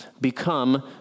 become